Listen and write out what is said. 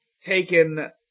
taken